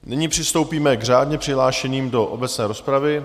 Nyní přistoupíme k řádně přihlášeným do obecné rozpravy.